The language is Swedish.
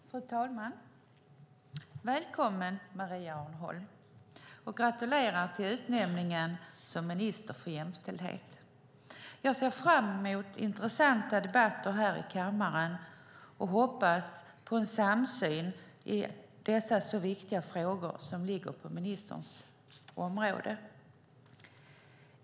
Fru talman! Jag vill hälsa Maria Arnholm välkommen och gratulera henne till utnämningen som minister för jämställdhet. Jag ser fram emot intressanta debatter här i kammaren och hoppas på en samsyn i dessa så viktiga frågor som ligger på ministerns område.